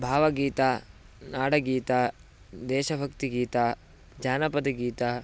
भावगीतं नाडगीता देशभक्तिगीतं जानपदगीतं